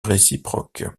réciproque